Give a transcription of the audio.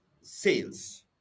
sales